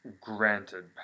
granted